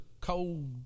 cold